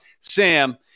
Sam